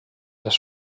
les